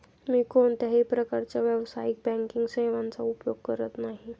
मी कोणत्याही प्रकारच्या व्यावसायिक बँकिंग सेवांचा उपयोग करत नाही